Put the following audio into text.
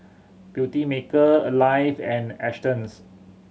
Beautymaker Alive and Astons